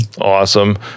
Awesome